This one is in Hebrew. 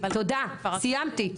תודה, סיימתי.